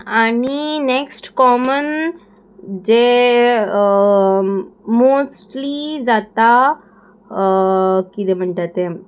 आनी next common जे mostly जाता किदें म्हणटा तें